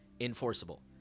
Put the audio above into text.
Enforceable